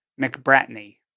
McBratney